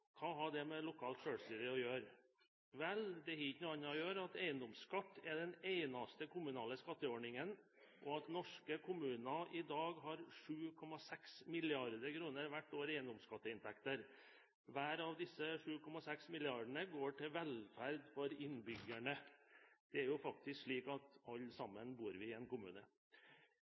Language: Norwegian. Hva har det med lokalt sjølstyre å gjøre? Vel, det er ikke annet enn at eiendomsskatt er den eneste kommunale skatteordningen, og at norske kommuner i dag har 7,6 mrd. kr hvert år i eiendomsskatteinntekter. Hver av disse 7,6 milliardene går til velferd for innbyggerne. Det er jo faktisk slik at alle sammen bor vi i en kommune.